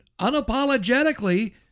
unapologetically